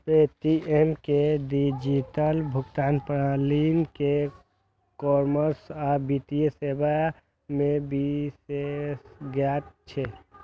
Paytm के digital भुगतान प्रणाली, ई कॉमर्स आ वित्तीय सेवा मे विशेषज्ञता छै